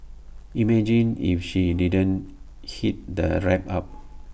imagine if she didn't heat the wrap up